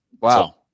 Wow